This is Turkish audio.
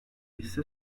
ise